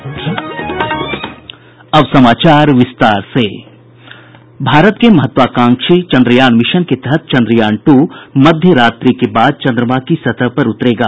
भारत के महत्वाकांक्षी चन्द्रयान मिशन के तहत चन्द्रयान टू मध्य रात्रि के बाद चन्द्रमा की सतह पर उतरेगा